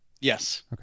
Yes